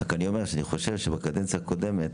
אני חושב שבקדנציה הקודמת,